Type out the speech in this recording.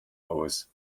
aus